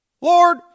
Lord